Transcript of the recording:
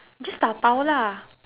just dabao lah